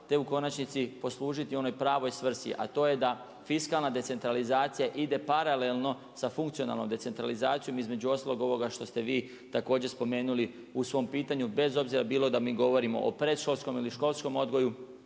te u konačnici poslužiti onoj pravoj svrsi, a to je da fiskalna decentralizacija ide paralelno sa funkcionalnom decentralizacijom između ostalog ovoga što ste vi također spomenuli u svom pitanju, bez obzira bilo da mi govorimo o predškolskom ili školskom odgoju,